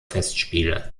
festspiele